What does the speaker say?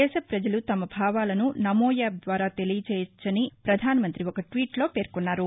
దేశ ప్రజలు తమ భావాలను నమో యాప్ ద్వారా తెలియచేయవచ్చని పధాన మంతి ఒక ల్వీట్లో పేర్కొన్నారు